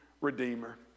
redeemer